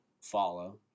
follow